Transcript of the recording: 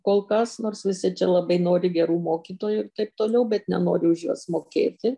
kol kas nors visi čia labai nori gerų mokytojų taip toliau bet nenori už juos mokėti